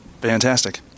Fantastic